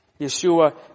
Yeshua